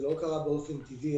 לא באופן טבעי,